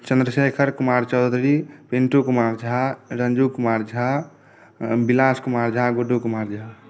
Chandrashekhar Kumar Chaudhary Pintu Kumar Jha Ranju Kumar Jha Vilas Kumar Jha Guddu Kumar Jha